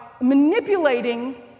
manipulating